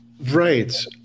Right